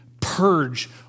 purge